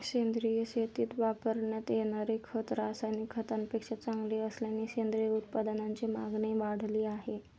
सेंद्रिय शेतीत वापरण्यात येणारे खत रासायनिक खतांपेक्षा चांगले असल्याने सेंद्रिय उत्पादनांची मागणी वाढली आहे